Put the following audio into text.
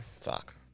Fuck